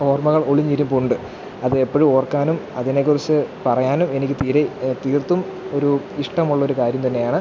ഓർമ്മകൾ ഒളിഞ്ഞിരിപ്പുണ്ട് അതെപ്പോഴും ഓർക്കാനും അതിനെ കുറിച്ച് പറയാനും എനിക്ക് തീരെ തീർത്തും ഒരു ഇഷ്ടമുള്ളൊരു കാര്യം തന്നെയാണ്